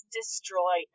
destroy